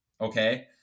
Okay